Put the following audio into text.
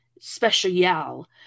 special